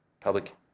public